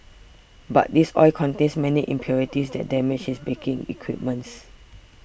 but this oil contains many impurities that damage his baking equipments